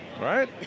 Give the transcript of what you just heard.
Right